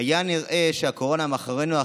היה נראה שהקורונה מאחורינו,